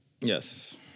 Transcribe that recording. Yes